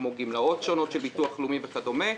כמו גמלאות שונות של ביטוח לאומי וכדומה,